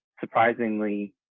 surprisingly